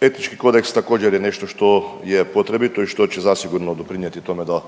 Etički kodeks također je nešto je potrebito i što će zasigurno doprinijeti tome da